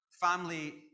family